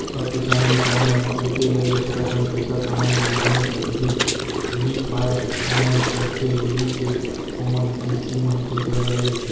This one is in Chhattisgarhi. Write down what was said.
अब किसान बिचार मन ह एके दरी अतका कन पइसा काँहा ले लाने सकही उहीं पाय ओमन करथे यही के ओमन ह किस्ती म ही टेक्टर ल लेथे